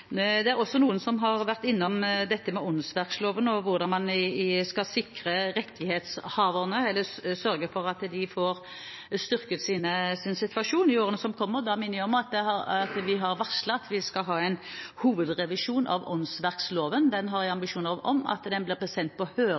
Noen var også innom dette med åndsverksloven og hvordan man skal sørge for at rettighetshaverne får styrket sin situasjon i årene som kommer. Da vil jeg minne om at vi har varslet at vi skal ha en hovedrevisjon av åndsverksloven. Den har jeg ambisjoner om at skal bli sendt på